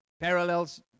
parallels